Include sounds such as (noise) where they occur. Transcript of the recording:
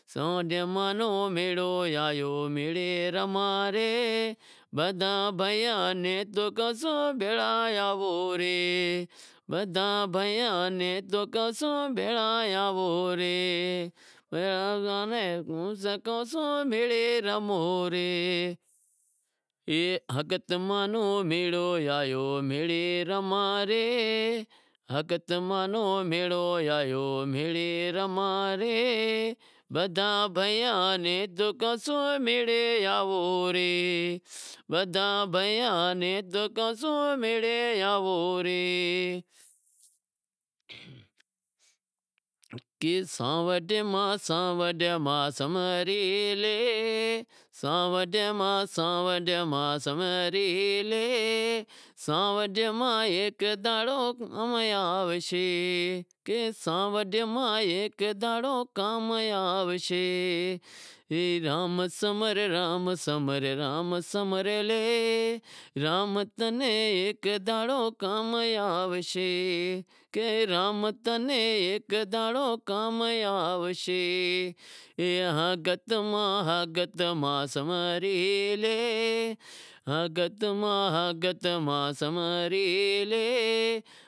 (unintelligible)